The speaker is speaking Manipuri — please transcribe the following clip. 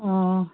ꯑꯣ